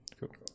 cool